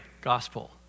gospel